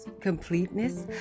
completeness